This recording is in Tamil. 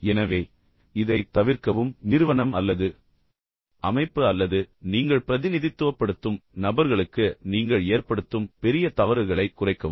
எனவே இதைத் தவிர்க்கவும் நிறுவனம் அல்லது அமைப்பு அல்லது நீங்கள் பிரதிநிதித்துவப்படுத்தும் நபர்களுக்கு நீங்கள் ஏற்படுத்தும் பெரிய தவறுகளை குறைக்கவும்